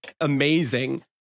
amazing